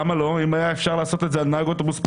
למה לא?: אם היה אפשר לעשות את זה על נהג אוטובוס פרטי,